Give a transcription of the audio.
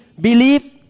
believe